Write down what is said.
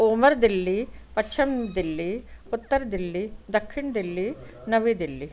ओभर दिल्ली पछिम दिल्ली उतर दिल्ली ॾखिण दिल्ली नवी दिल्ली